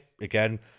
again